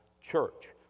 church